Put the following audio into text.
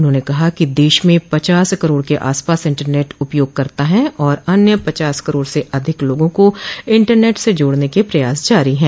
उन्होंने कहा कि देश में पचास करोड़ के आसपास इंटरनेट उपयोगकर्ता हैं और अन्य पचास करोड़ से अधिक लोगों को इंटरनेट से जोड़ने के प्रयास जारी हैं